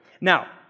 Now